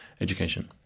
education